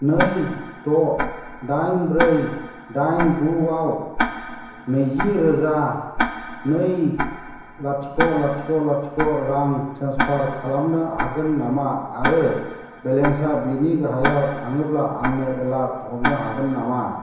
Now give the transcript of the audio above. नै द' दाइन ब्रै दाइन गुआव नैजि रोजा नै लाथिख' लाथिख' लाथिख' रां ट्रेन्सफार खालामनो हागोन नामा आरो बेलेन्सआ बेनि गाहायाव थाङोब्ला आंनो एलार्ट हरनो हागोन नामा